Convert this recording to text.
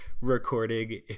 Recording